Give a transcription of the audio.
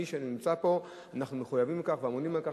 מי שנמצא פה אנחנו מחויבים לכך ואמונים על כך,